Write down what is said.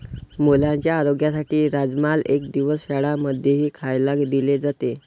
मुलांच्या आरोग्यासाठी राजमाला एक दिवस शाळां मध्येही खायला दिले जाते